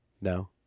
No